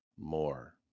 more